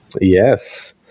yes